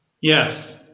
Yes